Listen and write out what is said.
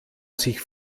sich